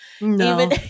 No